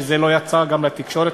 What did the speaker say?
שלא יצא לתקשורת,